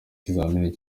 ikizamini